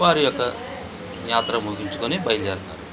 వారి యొక్క యాత్ర ముగించుకొని బయలుదేరుతారు